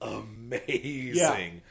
amazing